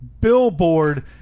billboard